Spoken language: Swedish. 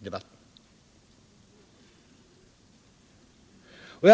i debatten.